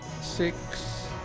Six